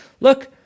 Look